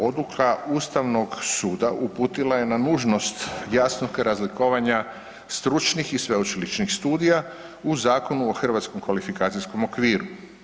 Odluka ustavnog suda uputila je na nužnost jasnog razlikovanja stručnih i sveučilišnih studija u Zakonu o hrvatskom kvalifikacijskom okviru.